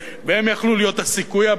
והם היו יכולים להיות הסיכוי הבא.